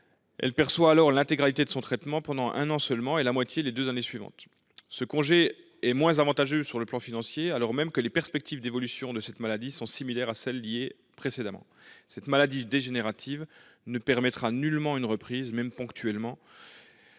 Elle perçoit alors l'intégralité de son traitement pendant un an seulement et la moitié les deux années suivantes. Ce congé est moins avantageux d'u point de vue financier alors même que les perspectives d'évolution de cette maladie sont similaires à celles des pathologies listées précédemment. Cette maladie dégénérative ne permettra nullement une reprise, même ponctuelle,